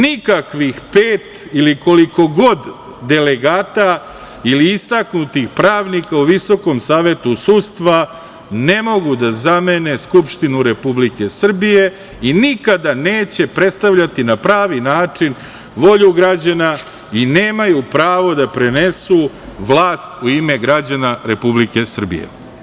Nikakvih pet ili koliko god delegata ili istaknutih pravnika u VSS ne mogu da zamene Skupštinu Republike Srbije i nikada neće predstavljati na pravi način volju građana i nemaju pravo da prenesu vlast u ime građana Republike Srbije.